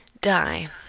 Die